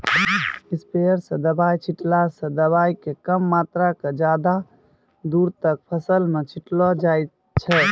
sprayer स दवाय छींटला स दवाय के कम मात्रा क ज्यादा दूर तक फसल मॅ छिटलो जाय छै